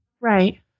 Right